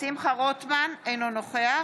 אינו נוכח